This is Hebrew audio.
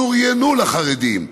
שוריינו לחרדים,